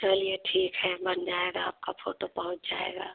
चलिए ठीक है बन जाएगा आपका फोटो पहुँच जाएगा